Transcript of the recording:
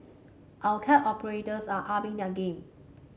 our cab operators are upping their game